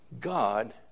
God